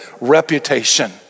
reputation